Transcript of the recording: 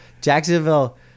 Jacksonville